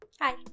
Hi